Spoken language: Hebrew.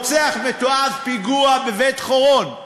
רוצח מתועב, פיגוע בבית-חורון,